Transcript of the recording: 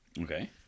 Okay